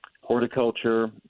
horticulture